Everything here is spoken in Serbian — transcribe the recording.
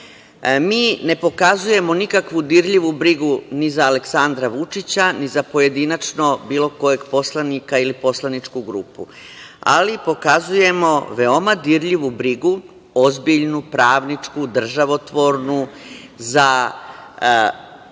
Mi ne pokazujemo nikakvu dirljivu brigu ni za Aleksandra Vučića ni za pojedinačno bilo kojeg poslanika ili poslaničku grupu. Pokazujemo veoma dirljivu brigu, ozbiljnu, pravničku, državotvornu za